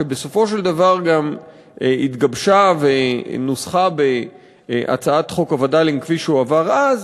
שבסופו של דבר גם התגבשה ונוסחה בהצעת חוק הווד"לים כפי שהועבר אז,